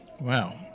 Wow